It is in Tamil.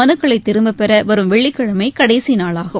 மனுக்களைதிரும்பப்பெறவரும் வெள்ளிக்கிழமைகடைசிநாளாகும்